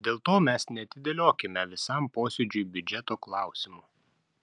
dėl to mes neatidėliokime visam posėdžiui biudžeto klausimų